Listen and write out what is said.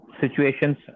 situations